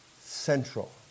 central